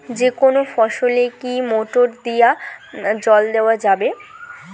যেকোনো ফসলে কি মোটর দিয়া জল দেওয়া যাবে?